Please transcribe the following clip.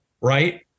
right